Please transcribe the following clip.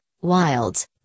wilds